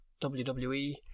WWE